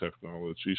technology